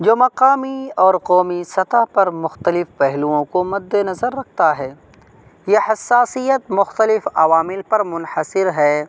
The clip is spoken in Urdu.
جو مقامی اور قومی سطح پر مختلف پہلوؤں کو مدِ نظر رکھتا ہے یہ حساسیت مختلف عوامل پر منحصر ہے